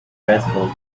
dreadful